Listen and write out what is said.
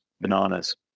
bananas